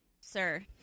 sir